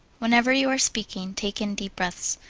whenever you are speaking, take in deep breaths,